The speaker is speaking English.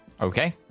Okay